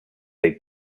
they